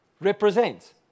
represents